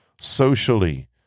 socially